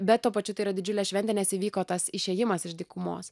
bet tuo pačiu tai yra didžiulė šventė nes įvyko tas išėjimas iš dykumos